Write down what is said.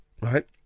Right